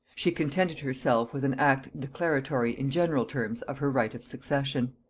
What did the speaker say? she contented herself with an act declaratory in general terms of her right of succession.